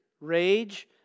rage